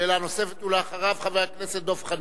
שאלה נוספת, ולאחריו, חבר הכנסת דב חנין.